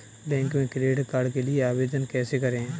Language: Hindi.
बैंक में क्रेडिट कार्ड के लिए आवेदन कैसे करें?